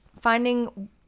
finding